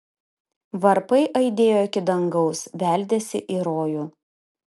varpai aidėjo iki dangaus beldėsi į rojų